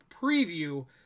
preview